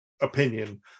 opinion